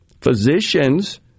physicians